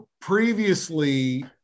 previously